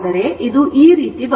ಇದು ಈ ರೀತಿ ಬರುತ್ತಿದೆ